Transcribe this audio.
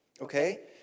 okay